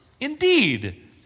indeed